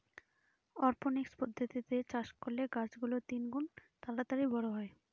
অরপনিক্স পদ্ধতিতে চাষ করলে গাছ গুলো তিনগুন তাড়াতাড়ি বড়ো হয়